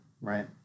right